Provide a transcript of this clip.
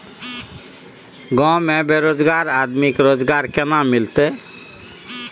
गांव में बेरोजगार आदमी के रोजगार केना मिलते?